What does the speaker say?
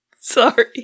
sorry